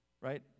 Right